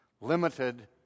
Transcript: limited